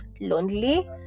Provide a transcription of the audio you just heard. lonely